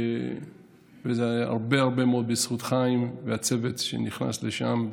וזה הרבה הרבה מאוד בזכות חיים והצוות שנכנס לשם,